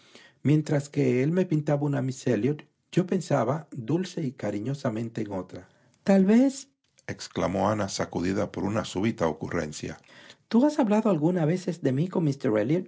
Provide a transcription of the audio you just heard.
mientras que él me pintaba una miss elliot yo pensaba dulce y cariñosamente en otra tal vezexclamó ana sacudida por una súbita ocurrenciatú has hablado algunas veces de mí con